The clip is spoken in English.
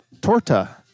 Torta